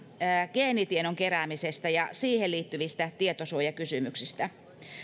geenitiedon keräämisestä ja siihen liittyvistä tietosuojakysymyksistä